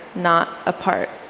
not apart,